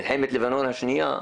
במלחמת לבנון השנייה,